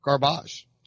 garbage